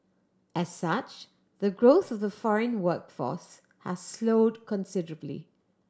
as such the growth of the foreign workforce has slowed considerably